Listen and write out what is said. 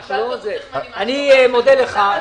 אני מודה לך על